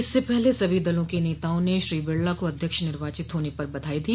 इससे पहले सभी दलों के नेताओं ने श्री बिड़ला को अध्यक्ष निर्वाचित होने पर बधाई दी